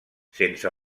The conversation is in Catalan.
sense